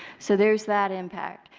so there is that impact.